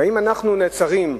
אם אנחנו נעצרים,